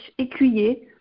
écuyer